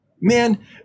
man